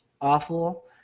awful